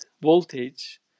voltage